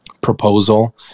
proposal